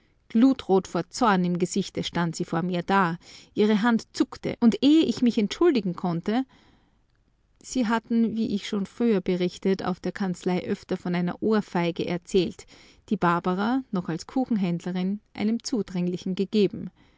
vor zorn im gesichte stand sie vor mir da ihre hand zuckte und ehe ich mich entschuldigen konnte sie hatten wie ich schon früher berichtet auf der kanzlei öfter von einer ohrfeige erzählt die barbara noch als kuchenhändlerin einem zudringlichen gegeben